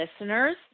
listeners